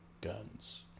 guns